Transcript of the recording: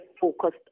focused